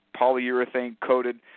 polyurethane-coated